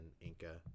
Inca